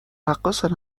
رقاصن